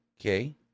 okay